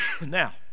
now